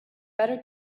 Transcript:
better